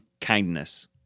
kindness